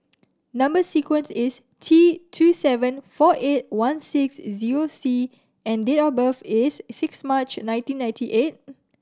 number sequence is T two seven four eight one six zero C and date of birth is six March nineteen ninety eight